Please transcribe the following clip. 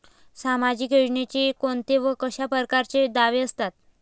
सामाजिक योजनेचे कोंते व कशा परकारचे दावे असतात?